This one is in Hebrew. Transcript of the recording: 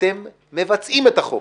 אתם מבצעים את החוק.